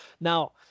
Now